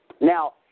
Now